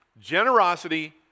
Generosity